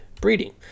breeding